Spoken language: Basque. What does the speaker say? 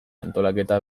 antolaketa